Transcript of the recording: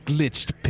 glitched